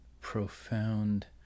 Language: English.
profound